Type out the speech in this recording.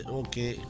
okay